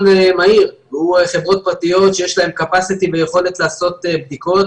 מהיר והוא חברות פרטיות שיש להם קפסיטי ויכולת לעשות בדיקות